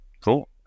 cool